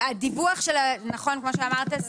נכון, כמו שאמרת.